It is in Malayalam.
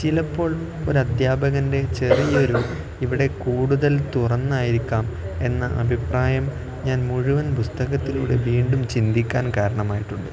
ചിലപ്പോൾ ഒരു അദ്ധ്യാപകൻ്റെ ചെറിയൊരു ഇവിടെ കൂടുതൽ തുറന്നായിരിക്കാം എന്ന അഭിപ്രായം ഞാൻ മുഴുവൻ പുസ്തകത്തിലൂടെ വീണ്ടും ചിന്തിക്കാൻ കാരണമായിട്ടുണ്ട്